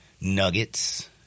nuggets